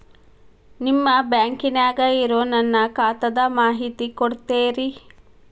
ನಿಮ್ಮ ಬ್ಯಾಂಕನ್ಯಾಗ ಇರೊ ನನ್ನ ಖಾತಾದ ಮಾಹಿತಿ ಕೊಡ್ತೇರಿ?